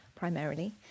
primarily